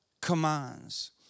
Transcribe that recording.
commands